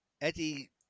Eddie